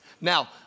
Now